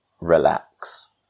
relax